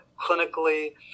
clinically